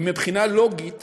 מבחינה לוגית